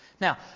Now